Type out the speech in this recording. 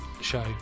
show